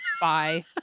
Bye